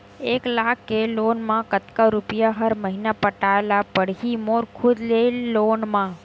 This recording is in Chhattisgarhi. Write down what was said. एक लाख के लोन मा कतका रुपिया हर महीना पटाय ला पढ़ही मोर खुद ले लोन मा?